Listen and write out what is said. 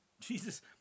Jesus